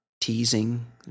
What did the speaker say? teasing